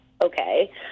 okay